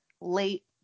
late